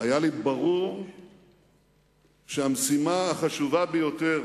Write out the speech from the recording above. היה לי ברור שהמשימה החשובה ביותר